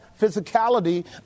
physicality